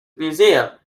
museum